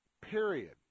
Period